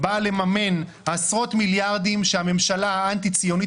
באה לממן עשרות מיליארדים שהממשלה האנטי-ציונית